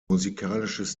musikalisches